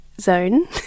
zone